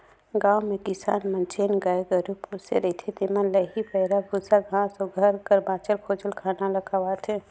गाँव में किसान मन जेन गाय गरू पोसे रहथें तेमन ल एही पैरा, बूसा, घांस अउ घर कर बांचल खोंचल खाना ल खवाथें